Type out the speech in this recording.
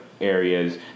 areas